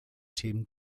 tim